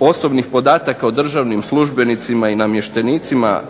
osobnih podataka o državnim službenicima i namještenicima